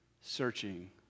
searching